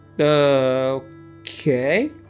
okay